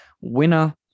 winner